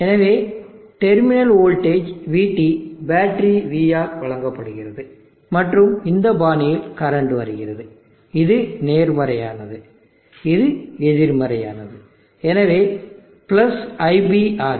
எனவே terminal voltage vT battery V ஆல் வழங்கப்படுகிறது மற்றும் இந்த பாணியில் கரண்ட் வருகிறது இது நேர்மறையானது இது எதிர்மறையானது எனவே பிளஸ் iBRB